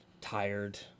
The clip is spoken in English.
tired